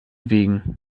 wegen